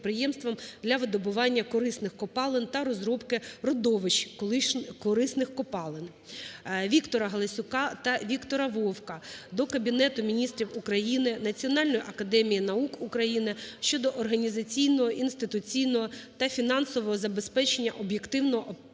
для видобування корисних копалин та розробки родовищ корисних копалин. ВіктораГаласюка та Віктора Вовка до Кабінету Міністрів України, Національна академії наук України щодо організаційного, інституційного та фінансового забезпечення об'єктивного оцінювання